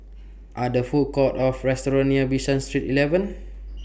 Are There Food Courts Or restaurants near Bishan Street eleven